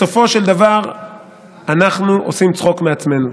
בסופו של דבר אנחנו עושים צחוק מעצמנו.